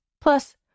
Plus